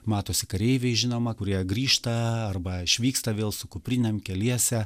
matosi kareiviai žinoma kurie grįžta arba išvyksta vėl su kuprinėm keliese